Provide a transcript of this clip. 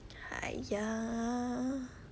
!haiya!